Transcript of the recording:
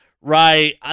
right